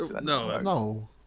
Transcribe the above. No